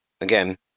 again